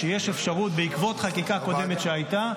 שבעקבות חקיקה קודמת שהייתה,